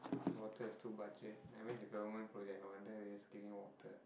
water is too much eh I mean the government project no wonder is cleaning water